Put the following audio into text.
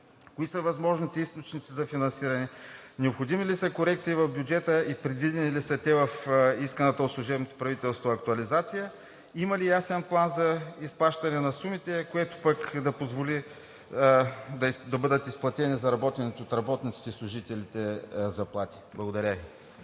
кои са възможните източници за финансиране; необходими ли са корекции в бюджета и предвидени ли са те в исканата от служебното правителство актуализация; има ли ясен план за изплащане на сумите, което пък да позволи да бъдат изплатени заработените от работниците и служителите заплати? Благодаря Ви.